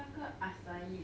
那个 acai